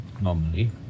normally